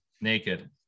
naked